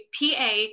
PA